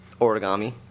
origami